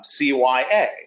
CYA